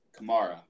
Kamara